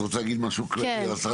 את רוצה להגיד משהו כללי על הסרת החסמים.